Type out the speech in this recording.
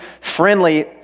friendly